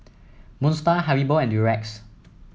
Moon Star Haribo and Durex